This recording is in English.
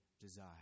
desire